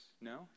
no